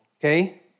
okay